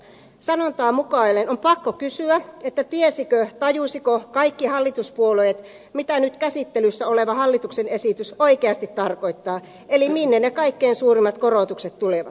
sanontaa mukaillen on pakko kysyä tiesivätkö tajusivatko kaikki hallituspuolueet mitä nyt käsittelyssä oleva hallituksen esitys oikeasti tarkoittaa eli minne ne kaikkein suurimmat korotukset tulevat